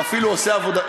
ואפילו עושה עבודה,